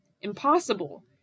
Impossible